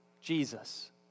Jesus